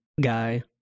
guy